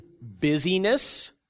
busyness